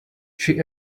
she